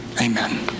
Amen